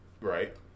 Right